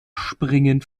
springend